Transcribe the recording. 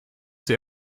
sie